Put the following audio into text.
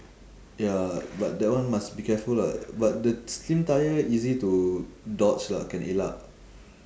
ya but that one must be careful lah but the slim tyre easy to dodge lah can elak